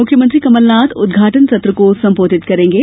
मुख्यमंत्री कमलनाथ उदघाटन सत्र को संबोधित करेंगे